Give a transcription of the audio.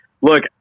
look